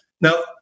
Now